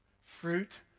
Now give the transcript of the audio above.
fruit